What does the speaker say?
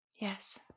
Yes